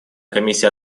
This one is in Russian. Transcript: комиссия